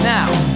Now